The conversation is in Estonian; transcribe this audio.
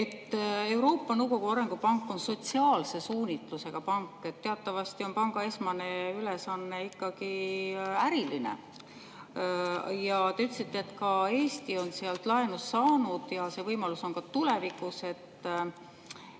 Euroopa Nõukogu Arengupank on sotsiaalse suunitlusega pank, aga teatavasti on panga esmane ülesanne ikkagi äriline. Ja te ütlesite, et ka Eesti on sealt laenu saanud ja see võimalus on ka tulevikus.